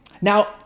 now